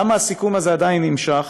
למה הסיכום הזה עדיין נמשך,